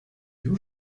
you